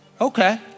Okay